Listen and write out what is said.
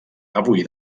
avui